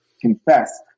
confess